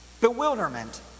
bewilderment